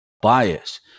bias